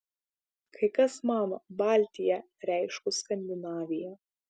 kai kas mano baltia reiškus skandinaviją